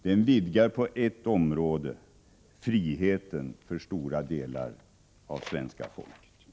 Den vidgar på ert område friheten för stora delar av det svenska folket.